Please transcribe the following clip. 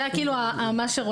זה מה שרואים.